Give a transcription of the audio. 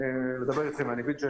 ויכולים לתקף בכל אחת ממכונות התיקוף שיש